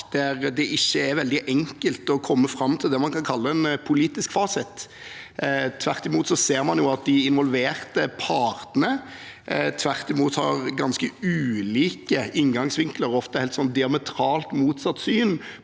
der det ikke er veldig enkelt å komme fram til det man kan kalle en politisk fasit. Tvert imot ser man at de involverte partene har ganske ulike innfallsvinkler og ofte helt diametralt motsatte syn